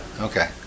okay